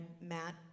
Matt